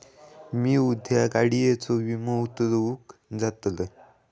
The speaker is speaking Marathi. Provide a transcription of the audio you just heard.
मी उद्या गाडीयेचो विमो उतरवूक जातलंय